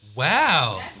Wow